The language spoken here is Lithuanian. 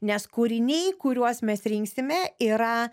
nes kūriniai kuriuos mes rinksime yra